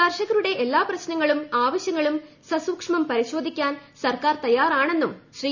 കർഷകരുടെ എല്ലാ പ്രശ്നങ്ങളും ആവശൃങ്ങളും സസൂക്ഷ്മം പരിശോധിക്കാൻ സർക്കാർ തയ്യാറാണെന്നും ശ്രീ